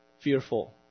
fearful